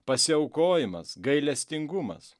pasiaukojimas gailestingumas